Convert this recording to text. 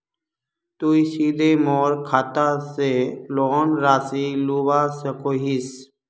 तुई सीधे मोर खाता से लोन राशि लुबा सकोहिस?